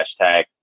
hashtag